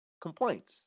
complaints